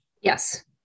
Yes